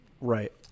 Right